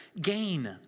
gain